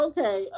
Okay